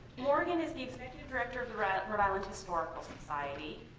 morgan is the executive director of the rhode rhode island historical society.